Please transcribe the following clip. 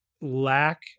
lack